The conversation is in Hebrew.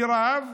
מירב,